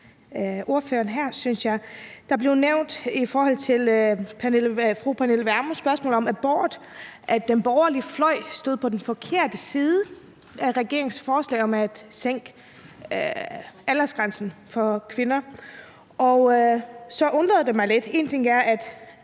Det blev nævnt i forbindelse med fru Pernille Vermunds spørgsmål om abort, at den borgerlige fløj stod på den forkerte side i forhold til regeringens forslag om at sænke aldersgrænsen, og der var noget, der undrede mig lidt.